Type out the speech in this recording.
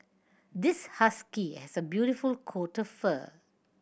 this husky has a beautiful coat of fur